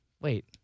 wait